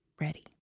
ready